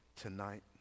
tonight